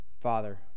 father